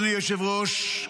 אדוני היושב-ראש,